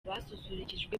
basusurukijwe